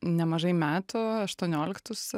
nemažai metų aštuonioliktus